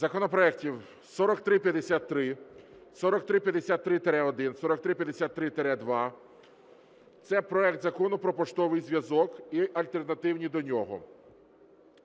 законопроектів 4353, 4353-1, 4353-2 – це проект Закону про поштовий зв'язок і альтернативні до нього.